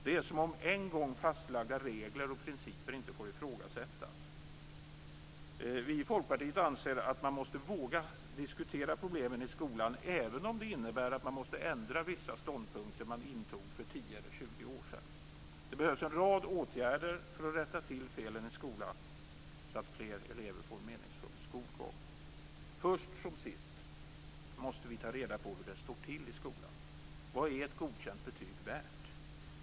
Det är som om en gång fastlagda regler och principer inte får ifrågasättas. Vi i Folkpartiet anser att man måste våga diskutera problemen i skolan även om det innebär att man måste ändra vissa ståndpunkter man intog för tio eller tjugo år sedan. Det behövs en rad åtgärder för att rätta till felen i skolan så att fler elever får en meningsfull skolgång. Först som sist måste vi ta reda på hur det står till i skolan. Vad är ett godkänt betyg värt?